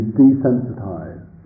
desensitized